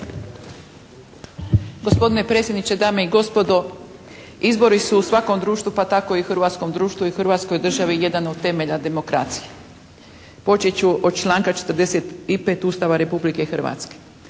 Gospodine predsjedniče, dame i gospodo izbori su u svakom društvu pa tako i u hrvatskom društvu i hrvatskoj državi jedan od temelja demokracije. Počet ću od članka 45. Ustava Republike Hrvatske.